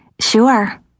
sure